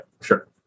Sure